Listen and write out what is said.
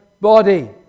body